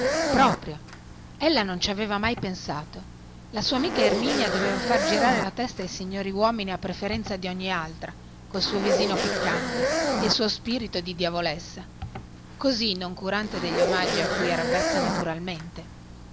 proprio ella non ci aveva mai pensato la sua amica erminia doveva far girare la testa ai signori uomini a preferenza di ogni altra col suo visino piccante e il suo spirito di diavolessa così noncurante degli omaggi a cui era avvezza naturalmente